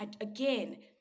again